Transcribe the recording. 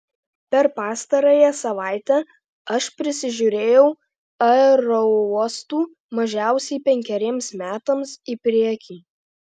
per pastarąją savaitę aš prisižiūrėjau aerouostų mažiausiai penkeriems metams į priekį